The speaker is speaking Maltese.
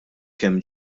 kemm